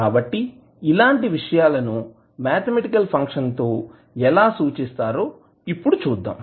కాబట్టి ఇలాంటి విషయాలు ను మాథమెటికల్ ఫంక్షన్ ఎలా సూచిస్తారో ఇప్పుడు చూద్దాం